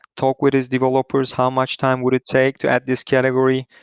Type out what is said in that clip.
talk with his developers how much time would it take to add this category.